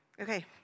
Okay